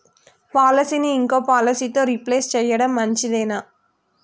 పాలసీని ఇంకో పాలసీతో రీప్లేస్ చేయడం మంచిదేనా?